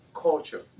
Culture